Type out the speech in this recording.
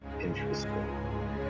Interesting